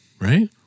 Right